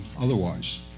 otherwise